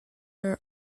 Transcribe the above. her